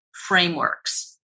Frameworks